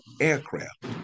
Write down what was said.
aircraft